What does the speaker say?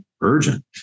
urgent